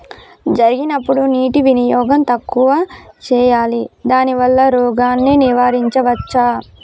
జరిగినప్పుడు నీటి వినియోగం తక్కువ చేయాలి దానివల్ల రోగాన్ని నివారించవచ్చా?